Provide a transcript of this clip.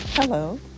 hello